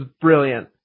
brilliant